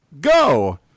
go